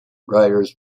writers